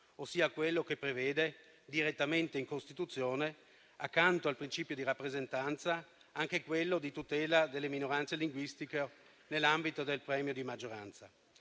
ossia quello che prevede direttamente in Costituzione, accanto al principio di rappresentanza, anche quello di tutela delle minoranze linguistiche nell'ambito del premio di maggioranza.